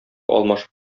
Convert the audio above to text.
алмашып